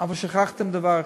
אבל שכחתם דבר אחד,